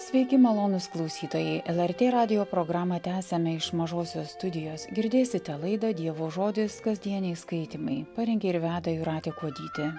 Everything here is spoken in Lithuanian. sveiki malonūs klausytojai lrt radijo programą tęsiame iš mažosios studijos girdėsite laidą dievo žodis kasdieniai skaitymai parengė ir veda jūratė kuodytė